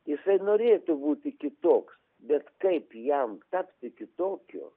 jisai norėtų būti kitoks bet kaip jam tapti kitokiu